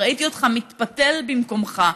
ראיתי אותך מתפתל במקומך,